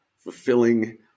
fulfilling